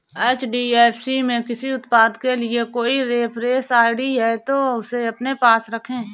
HDFC में किसी उत्पाद के लिए कोई रेफरेंस आई.डी है, तो उसे अपने पास रखें